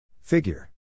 Figure